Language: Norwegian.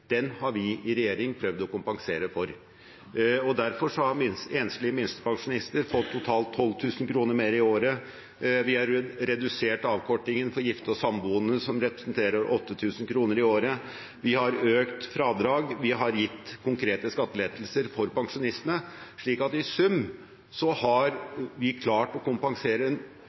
Den har vi i regjering prøvd å kompensere for. Derfor har enslige minstepensjonister fått totalt 12 000 kr mer i året. Vi har redusert avkortingen for gifte og samboende, som representerer 8 000 kr i året. Vi har økt fradraget, og vi har gitt konkrete skattelettelser for pensjonistene, så i sum har vi klart å kompensere